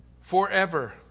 forever